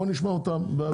בוא נשמע אותם.